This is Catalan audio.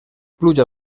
pluja